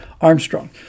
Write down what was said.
Armstrong